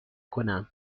کنم